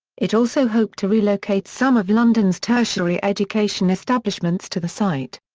it also hoped to relocate some of london's tertiary education establishments to the site.